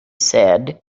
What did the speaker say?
said